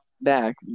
back